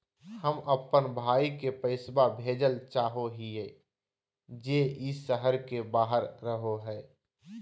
हम अप्पन भाई के पैसवा भेजल चाहो हिअइ जे ई शहर के बाहर रहो है